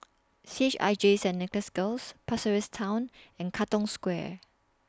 C H I J Saint Nicholas Girls Pasir Ris Town and Katong Square